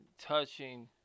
touching